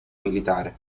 militare